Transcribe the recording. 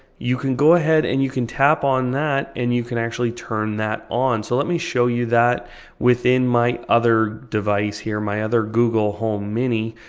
you can go ahead and you can tap on that and you can actually turn that on. so let me show you that within my other device here, my other google home mini,